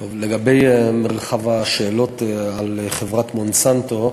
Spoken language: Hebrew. לגבי מרחב השאלות על חברת "מונסנטו"